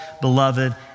beloved